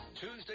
Tuesday